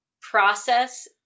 process